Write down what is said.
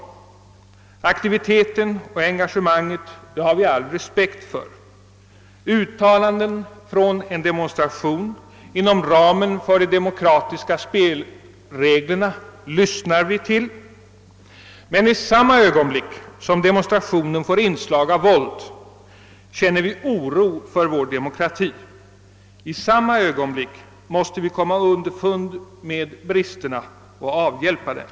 Aktiviteten och engagemanget har vi all respekt för; uttalanden från en demonstration inom ramen för de demokratiska spelreglerna lyssnar vi till. Men i samma Ögonblick som demonstrationen får inslag av våld känner vi oro för vår demokrati, och då måste vi även söka komma underfund med bristerna samt avhjälpa dessa.